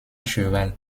cheval